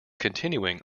continuing